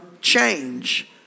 change